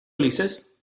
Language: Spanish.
ulises